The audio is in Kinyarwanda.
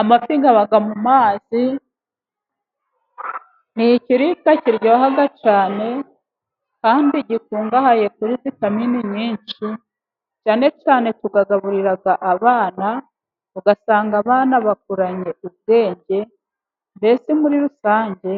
Amafi aba mu mazi, ni ikiribwa kiryoha cyane kandi gikungahaye kuri vitamini nyinshi cyane, tukagaburira abana ugasanga bakuranye ubwenge, mbese muri rusange